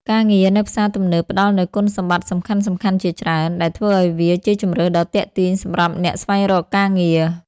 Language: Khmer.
ការងារនៅផ្សារទំនើបផ្ដល់នូវគុណសម្បត្តិសំខាន់ៗជាច្រើន ដែលធ្វើឲ្យវាជាជម្រើសដ៏ទាក់ទាញសម្រាប់អ្នកស្វែងរកការងារ។